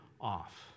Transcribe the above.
off